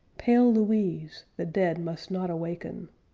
pale louise! the dead must not awaken.